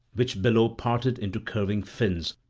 which below parted into curving fins,